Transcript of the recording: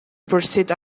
pursuit